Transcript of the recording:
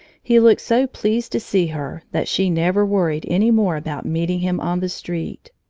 he looked so pleased to see her that she never worried any more about meeting him on the street.